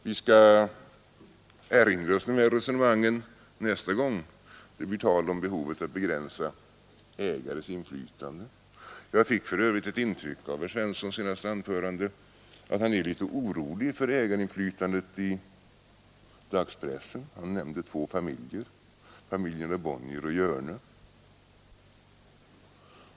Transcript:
— Vi skall erinra oss dessa resonemang nästa gång det blir tal om behovet av att begränsa ägares inflytande. Jag fick för övrigt, när jag lyssnade till herr Svenssons i Eskilstuna senaste anförande, ett intryck av att han är litet orolig för ägarinflytandet i dagspressen. Han nämnde två familjer, familjerna Bonnier och Hjörne.